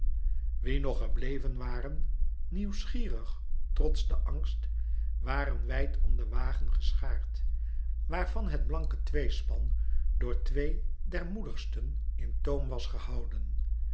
wie nog gebleven waren nieuwsgierig trots den angst waren wijd om den wagen geschaard waarvan het blanke tweespan door twee der moedigsten in toom was gehouden